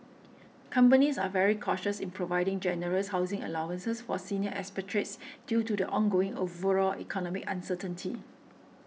companies are very cautious in providing generous housing allowances for senior expatriates due to the ongoing overall economic uncertainty